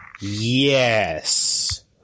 Yes